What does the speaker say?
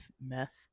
meth